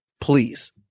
please